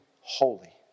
holy